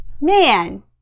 man